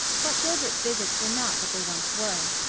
but gilbert's visits were not what they once were.